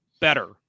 better